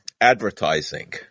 advertising